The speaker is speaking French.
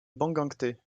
bangangté